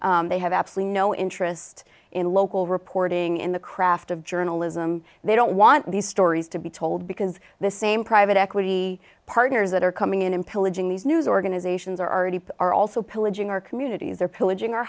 journalism they have absolutely no interest in local reporting in the craft of journalism they don't want these stories to be told because the same private equity partners that are coming in and pillaging these news organizations are already are also pillaging our communities they're pillaging our